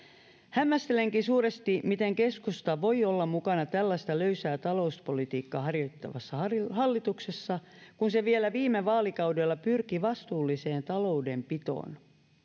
hämmästelenkin suuresti miten keskusta voi olla mukana tällaista löysää talouspolitiikkaa harjoittavassa hallituksessa kun se vielä viime vaalikaudella pyrki vastuulliseen taloudenpitoon